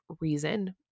reason